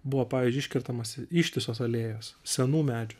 buvo pavyzdžiui iškertamos ištisos alėjos senų medžių